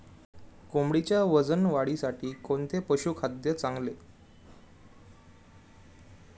कोंबडीच्या वजन वाढीसाठी कोणते पशुखाद्य चांगले?